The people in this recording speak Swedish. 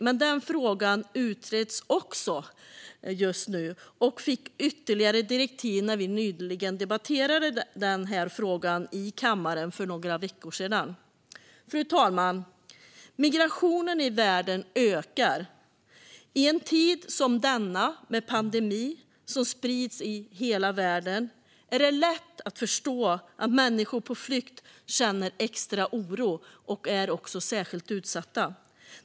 Men den frågan utreds också just nu och fick ytterligare direktiv när vi för några veckor sedan debatterade den här i kammaren. Fru talman! Migrationen i världen ökar. I en tid som denna, med en pandemi som sprids i hela världen, är det lätt att förstå att människor på flykt känner extra oro och är särskilt utsatta.